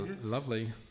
lovely